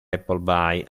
appleby